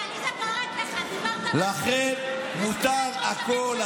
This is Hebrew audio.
תזכיר את ראש הממשלה שלך, לכם מותר הכול.